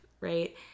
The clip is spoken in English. right